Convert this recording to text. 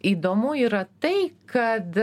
įdomu yra tai kad